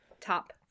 top